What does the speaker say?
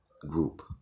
group